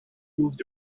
moved